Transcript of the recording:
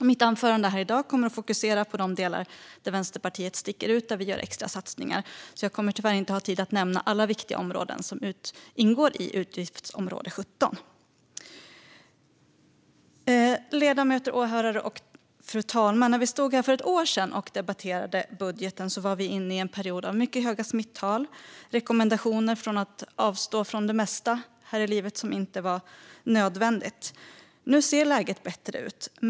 I mitt anförande i dag kommer jag att fokusera på de delar där Vänsterpartiet sticker ut, där vi gör extra satsningar. Jag kommer tyvärr inte att ha tid att nämna alla viktiga områden som ingår i utgiftsområde 17. Ledamöter, åhörare och fru talman! När vi stod här för ett år sedan och debatterade budgeten var vi inne i en period med mycket höga smittotal och rekommendationer om att avstå från det mesta i livet som inte var nödvändigt. Nu ser läget bättre ut.